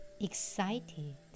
excited